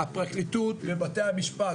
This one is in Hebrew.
הפרקליטות ובתי המשפט,